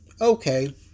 Okay